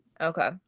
okay